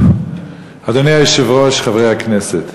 חברי הכנסת,